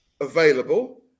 available